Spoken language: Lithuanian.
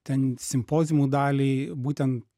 ten simpoziumų dalį būten